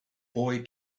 boy